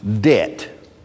debt